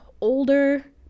older